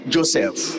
Joseph